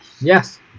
Yes